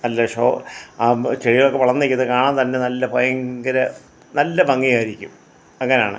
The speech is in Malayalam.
നല്ല ഷോ ആകുമ്പോൾ ചെടികളൊക്കെ വളർന്ന് നിൽക്കുന്നത് കാണാൻ തന്നെ നല്ല ഭയങ്കര നല്ല ഭംഗിയായിരിക്കും അങ്ങനെയാണ്